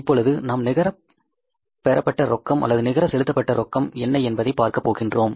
இப்பொழுது நாம் நிகர பெறப்பட்ட ரொக்கம் அல்லது நிகர செலுத்தப்பட்ட நோக்கம் என்ன என்பதைப் பற்றி பார்க்கப் போகின்றோம்